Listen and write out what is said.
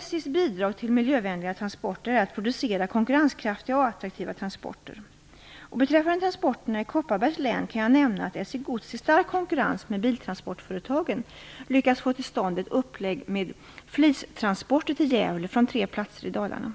SJ:s bidrag till miljövänliga transporter är att producera konkurrenskraftiga och attraktiva transporter. Beträffande transporterna i Kopparbergs län kan jag nämna att SJ Gods i stark konkurrens med biltransportföretagen lyckats få till stånd ett upplägg med flistransporter till Gävle från tre platser i Dalarna.